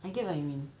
I get what you mean